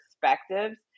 perspectives